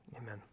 amen